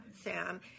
Sam